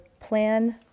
plan